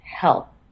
help